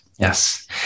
Yes